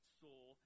soul